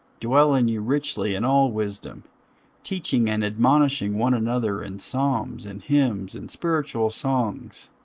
dwell in you richly in all wisdom teaching and admonishing one another in psalms and hymns and spiritual songs,